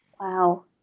Wow